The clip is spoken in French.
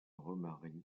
remarie